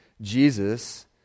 Jesus